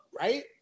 right